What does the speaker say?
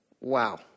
Wow